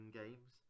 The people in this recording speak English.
games